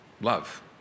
love